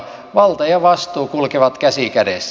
valta ja vastuu kulkevat käsi kädessä